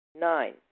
Nine